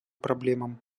проблемам